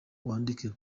wandike